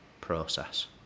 process